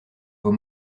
vos